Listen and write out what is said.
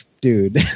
dude